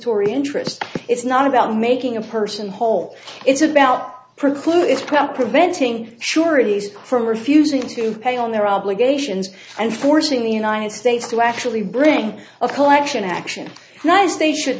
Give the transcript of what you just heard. tory interest it's not about making a person whole it's about precludes proper preventing surety from refusing to pay on their obligations and forcing the united states to actually bring a collection action nice they should